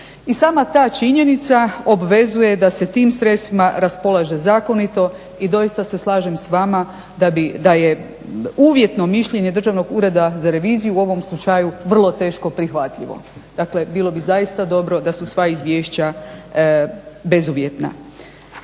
I sama ta činjenica obvezuje da se tim sredstvima raspolaže zakonito i doista se slažem s vama da je uvjetno mišljenje Državnog ureda za reviziju u ovom slučaju vrlo teško prihvatljivo. Dakle bilo bi zaista dobro da su sva izvješće bezuvjetna.